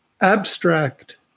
abstract